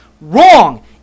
Wrong